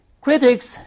Critics